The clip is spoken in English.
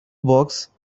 box